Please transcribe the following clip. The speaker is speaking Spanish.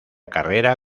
carrera